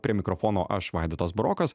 prie mikrofono aš vaidotas burokas